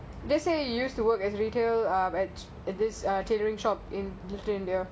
how do I write that